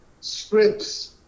scripts